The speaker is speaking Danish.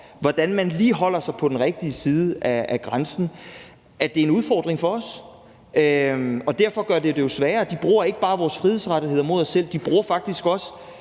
hvordan man lige holder sig på den rigtige side af grænsen, at det er en udfordring for os. Derfor gør det det jo sværere, og de bruger ikke bare vores frihedsrettigheder mod os selv, men de bruger faktisk også